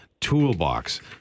toolbox